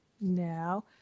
now